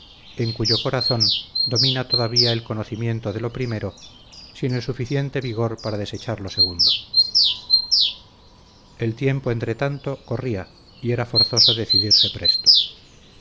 en cuyo corazón domina todavía el conocimiento de lo primero sin el suficiente vigor para desechar lo segundo el tiempo entretanto corría y era forzoso decidirse presto